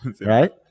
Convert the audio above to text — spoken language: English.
right